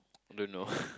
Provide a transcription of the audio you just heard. don't know